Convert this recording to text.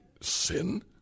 sin